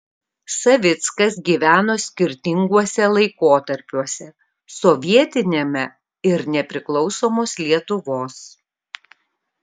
savickas gyveno skirtinguose laikotarpiuose sovietiniame ir nepriklausomos lietuvos